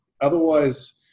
otherwise